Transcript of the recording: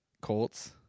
Colts